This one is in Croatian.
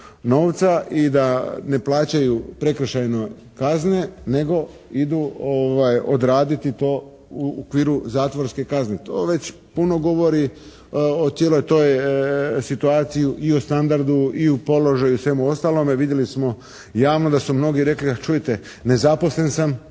novca i da ne plaćaju prekršajne kazne nego idu odraditi to u okviru zatvorske kazne. To već puno govori o cijeloj toj situaciji i o standardu, i o položaju i svemu ostalome. Vidjeli smo javno da su mnogi rekli, a čujte, nezaposlen sam,